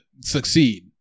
succeed